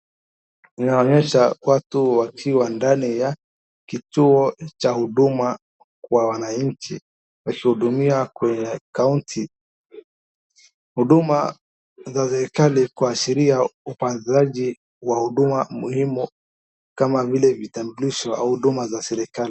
Inaonyesha watu wakiwa ndanii ya kituo cha huduma kwa wananchi wakihudumia kwenye kaunti. Huduma za serikali kuashiria upazaji wa huduma muhimu kama vile vitambulisho au huduma za serikali.